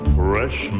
fresh